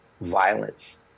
violence